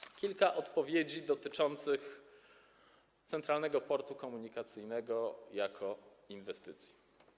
Teraz kilka odpowiedzi dotyczących Centralnego Portu Komunikacyjnego jako inwestycji.